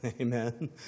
Amen